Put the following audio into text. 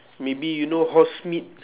maybe you know horse meat